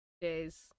days